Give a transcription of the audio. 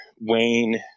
Wayne